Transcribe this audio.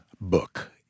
book